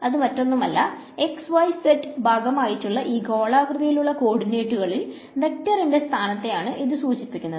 അത് മറ്റൊന്നുമല്ല x y z ഭാഗമായിട്ടുള്ള ഈ ഗോളകൃതിയിലുള്ള കോഡിനേറ്റുകളിൽ വെക്ടറിന്റെ സ്ഥാനത്തെ ആണ് ഇത് സൂചിപ്പിക്കുന്നത്